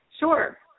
Sure